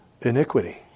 iniquity